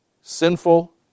sinful